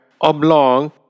oblong